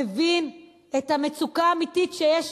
מבין את המצוקה האמיתית שיש